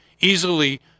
easily